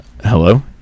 Hello